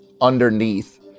underneath